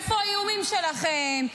איפה האיומים שלכם?